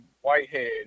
Whitehead